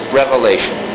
revelation